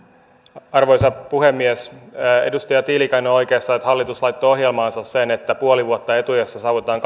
arvoisa puhemies edustaja tiilikainen on oikeassa siinä että hallitus laittoi ohjelmaansa sen että puoli vuotta etuajassa saavutetaan